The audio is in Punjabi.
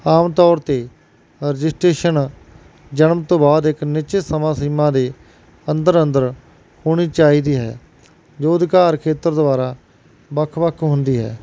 ਆਮ ਤੌਰ 'ਤੇ ਰਜਿਸਟਰੇਸ਼ਨ ਜਨਮ ਤੋਂ ਬਾਅਦ ਇੱਕ ਨਿਸ਼ਚਿਤ ਸਮਾਂ ਸੀਮਾ ਦੇ ਅੰਦਰ ਅੰਦਰ ਹੋਣੀ ਚਾਹੀਦੀ ਹੈ ਜੋ ਅਧਿਕਾਰ ਖੇਤਰ ਦੁਆਰਾ ਵੱਖ ਵੱਖ ਹੁੰਦੀ ਹੈ